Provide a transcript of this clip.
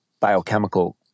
biochemical